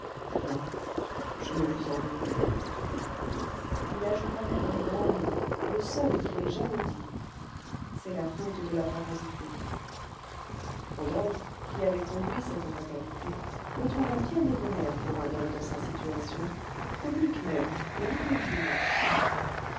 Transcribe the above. non je ne vous en veux plus il ajouta même un grand mot le seul qu'il ait jamais dit c'est la faute de la fatalité rodolphe qui avait conduit cette fatalité le trouva bien débonnaire pour un homme dans sa situation comique même et un peu vil